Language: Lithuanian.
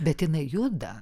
bet jinai juoda